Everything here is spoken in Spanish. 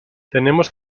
tenemos